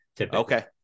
Okay